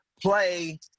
play